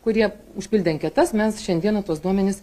kurie užpildė anketas mes šiandieną tuos duomenis